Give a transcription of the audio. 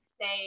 say